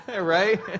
right